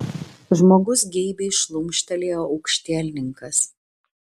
žmogus geibiai šlumštelėjo aukštielninkas